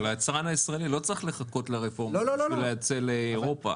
אבל היצרן הישראלי לא צריך לחכות לרפורמה הזו בשביל לייצא לאירופה.